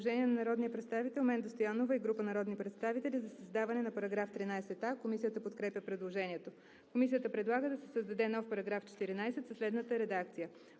Предложение на народния представител Менда Стоянова и група народни представители за създаване на § 13а. Комисията подкрепя предложението. Комисията предлага да се създаде нов § 14 със следната редакция: